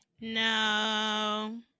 No